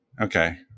okay